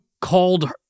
called